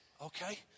okay